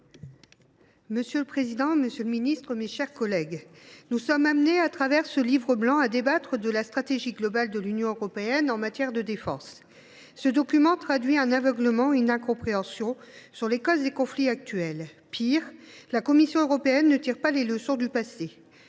Monsieur le président, monsieur le ministre, mes chers collègues, nous sommes amenés, à l’occasion de la publication de ce livre blanc, à débattre de la stratégie globale de l’Union européenne en matière de défense. Ce document traduit un aveuglement et une incompréhension sur les causes des conflits actuels. Pis, la Commission européenne ne tire pas les leçons du passé.